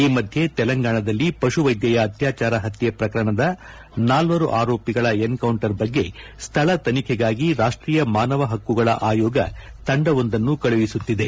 ಈ ಮಧ್ಯೆ ತೆಲಂಗಾಣದಲ್ಲಿ ಪಶುವೈದ್ಯೆಯ ಅತ್ಯಾಚಾರ ಪತ್ಯೆ ಪ್ರಕರಣದ ನಾಲ್ವರು ಆರೋಪಿಗಳು ಎನ್ಕೌಂಟರ್ ಬಗ್ಗೆ ಸ್ಥಳ ತನಿಖೆಗಾಗಿ ರಾಷ್ಟೀಯ ಮಾನವ ಹಕ್ಕುಗಳ ಆಯೋಗ ತಂಡವೊಂದನ್ನು ಕಳುಹಿಸುತ್ತಿದೆ